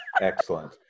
Excellent